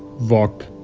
vok,